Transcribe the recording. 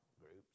groups